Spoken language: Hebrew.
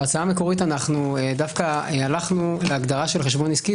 בהצעה המקורית דווקא הלכנו להגדרה של חשבון עסקי,